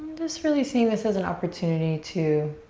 just really seeing this as an opportunity to